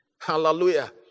Hallelujah